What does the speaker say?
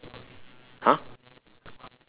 !huh!